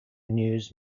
news